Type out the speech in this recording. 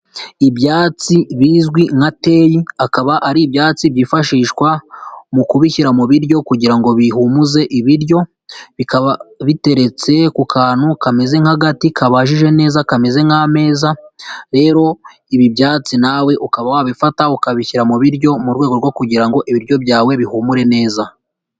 Ibyatsi bizwi nka teyi; akaba ari ibyatsi byifashishwa mu kubishyira mu biryo kugira ngo bihumuze ibiryo, bikaba biteretse ku kantu kameze nk'agati kabajije neza kameze nk'ameza, rero ibi byatsi nawe ukaba wabifata ukabishyira mu biryo mu rwego rwo kugira ngo ibiryo byawe bihumure neza.